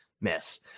miss